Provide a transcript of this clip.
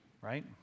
Right